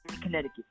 Connecticut